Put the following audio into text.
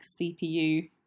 CPU